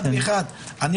אבל אם